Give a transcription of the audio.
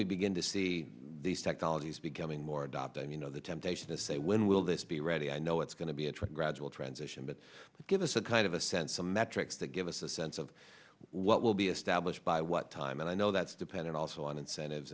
we begin to see these technologies becoming more adopting you know the temptation to say when will this be ready i know it's going to be a trend gradual transition but give us a kind of a sense some metrics that give us a sense of what will be established by what time and i know that's dependent also on incentives